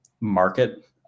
market